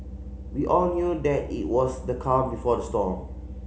we all knew that it was the calm before the storm